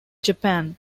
japan